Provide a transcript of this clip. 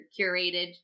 curated